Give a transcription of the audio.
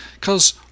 cause